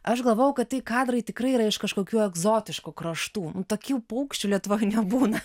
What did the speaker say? aš galvojau kad tai kadrai tikrai yra iš kažkokių egzotiškų kraštų nu tokių paukščių lietuvoj nebūna